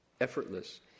effortless